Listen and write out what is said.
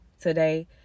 today